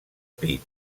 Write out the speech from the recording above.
pit